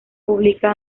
publica